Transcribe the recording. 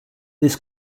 this